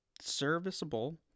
serviceable